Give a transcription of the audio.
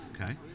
Okay